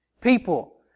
People